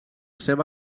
seu